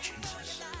Jesus